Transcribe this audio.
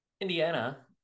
Indiana